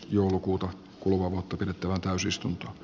joulukuuta kuluvaa vuotta pidettävään täysistunto